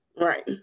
Right